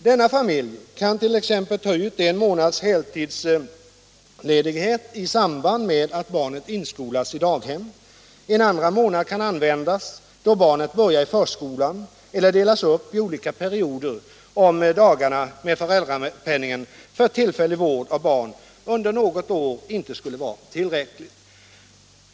Denna familj kan t.ex. ta ut en månads heltidsledighet i samband med att barnet inskolas i daghem. En andra månad kan användas då barnet börjar i förskolan eller delas upp i olika perioder, om dagarna med föräldrapenningen för tillfällig vård av barn under något år inte skulle vara tillräckligt.